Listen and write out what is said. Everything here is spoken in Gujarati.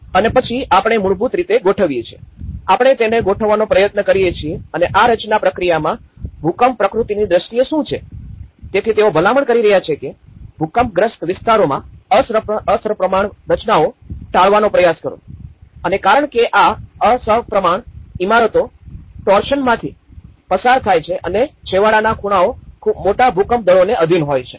અને પછી આપણે મૂળભૂત રીતે ગોઠવીયે છીએ આપણે તેને ગોઠવવાનો પ્રયત્ન કરીયે છીએ અને આ રચના પ્રક્રિયામાં ભૂકંપ પ્રકૃતિની દ્રષ્ટિએ શું છે તેથી તેઓ ભલામણ કરી રહ્યા છે કે ભૂકંપગ્રસ્ત વિસ્તારોમાં અસમપ્રમાણ રચનાઓ ટાળવાનો પ્રયાસ કરો અને કારણ કે આ અસમપ્રમાણ ઇમારતો ટોર્શનમાંથી પસાર થાય છે અને છેવાડાના ખૂણાઓ ખૂબ મોટા ભૂકંપ દળોને આધિન હોય છે